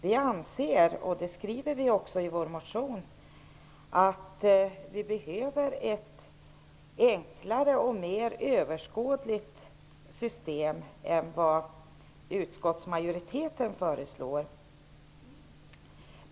Vi anser, och det skriver vi också i vår motion, att vi behöver ett enklare och mer överskådligt system än det som utskottsmajoriteten föreslår.